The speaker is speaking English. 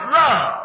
love